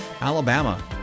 Alabama